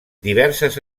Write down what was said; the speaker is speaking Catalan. diverses